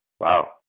Wow